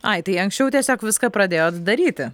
ai tai anksčiau tiesiog viską pradėjot daryti